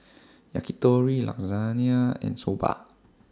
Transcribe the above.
Yakitori Lasagne and Soba